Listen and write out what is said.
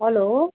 hello